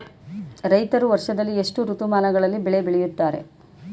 ರೈತರು ವರ್ಷದಲ್ಲಿ ಎಷ್ಟು ಋತುಮಾನಗಳಲ್ಲಿ ಬೆಳೆ ಬೆಳೆಯುತ್ತಾರೆ?